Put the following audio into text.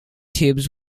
tubes